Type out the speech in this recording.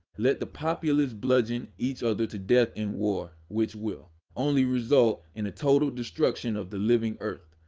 let the populace bludgeon each other to death in war, which will only result in a total destruction of the living earth.